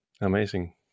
amazing